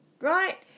right